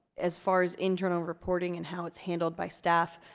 as far as internal reporting and how it's handled by staff,